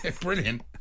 Brilliant